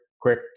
quick